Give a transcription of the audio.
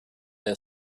der